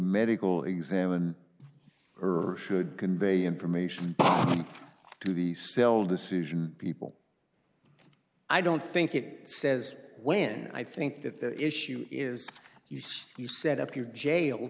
medical examiner earth should convey information to the sell decision people i don't think it says when i think that the issue is you set up your jail